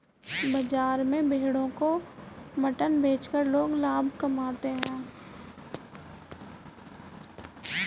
बाजार में भेड़ों का मटन बेचकर लोग लाभ कमाते है